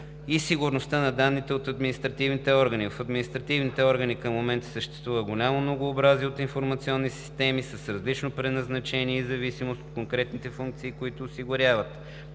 и сигурността на данните от административните органи. В административните органи към момента съществува голямо многообразие от информационни системи с различно предназначение в зависимост от конкретните функции, които осигуряват.